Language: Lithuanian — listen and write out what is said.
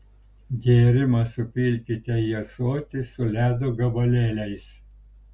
gėrimą supilkite į ąsotį su ledo gabalėliais